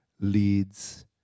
leads